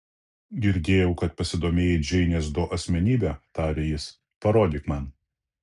girdėjau kad pasidomėjai džeinės do asmenybe tarė jis parodyk man